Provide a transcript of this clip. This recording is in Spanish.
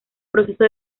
proceso